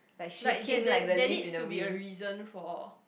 like there there there needs to be a reason for